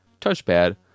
touchpad